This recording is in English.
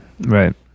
Right